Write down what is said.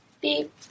beep